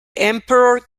emperor